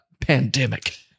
pandemic